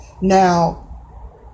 now